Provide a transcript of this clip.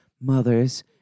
Mother's